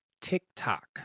TikTok